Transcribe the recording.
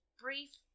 brief